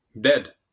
dead